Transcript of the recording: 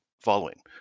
following